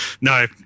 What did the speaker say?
No